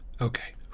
okay